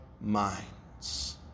minds